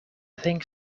think